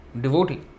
devotee